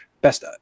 best